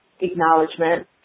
acknowledgement